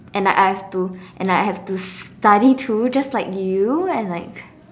and like I have to and like I have to study too just like you and like